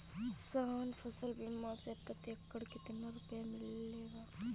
किसान फसल बीमा से प्रति एकड़ कितना रुपया मिलेगा?